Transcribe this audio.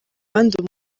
abandi